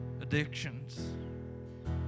addictions